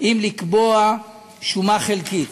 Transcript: אם לקבוע שומה חלקית.